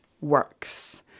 works